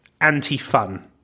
anti-fun